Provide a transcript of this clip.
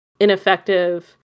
ineffective